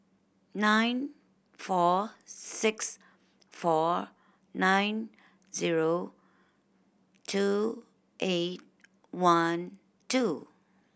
nine four six four nine zero two eight one two